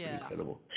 incredible